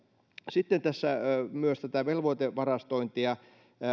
sitten tässä myös tätä velvoitevarastointia